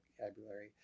vocabulary